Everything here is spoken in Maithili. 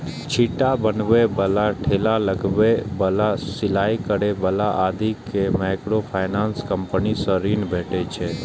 छिट्टा बनबै बला, ठेला लगबै बला, सिलाइ करै बला आदि कें माइक्रोफाइनेंस कंपनी सं ऋण भेटै छै